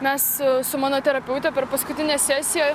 mes su mano terapeute per paskutinę sesiją